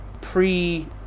pre